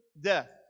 death